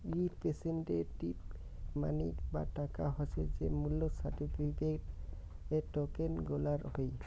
representative money বা টাকা হসে যে মূল্য সার্টিফিকেট, টোকেন গুলার হই